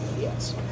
yes